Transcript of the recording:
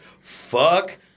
fuck